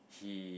he